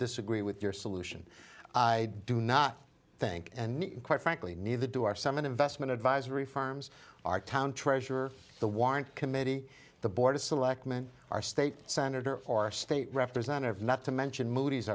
disagree with your solution i do not think and quite frankly neither do are some investment advisory firms are town treasurer the warrant committee the board of selectmen our state senator are state representative not to mention moody's